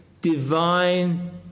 divine